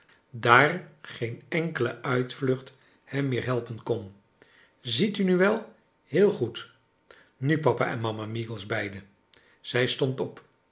daar geen enkele uitvlucht hem meer helpen kon ziet u nu wel heel goed nu papa en mama meagles beiden zij stond p